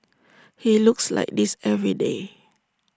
he looks like this every day